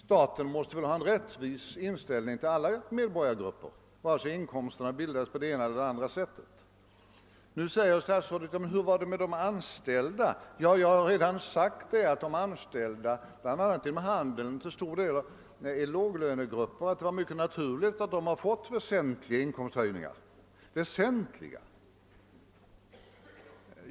Staten måste väl visa en rättvis inställning till alla medborgargrupper, vare sig inkomsterna bildas på det ena eller det andra sättet. Nu frågar statsrådet hur det blir med de anställda. Jag har redan sagt att de anställda inom handeln till stor del är lågavlönade och att det är naturligt att de får väsentliga inkomsthöjningar.